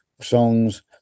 songs